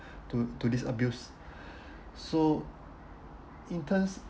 to to this abuse so in terms